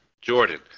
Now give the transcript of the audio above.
Jordan